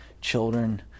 children